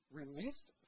released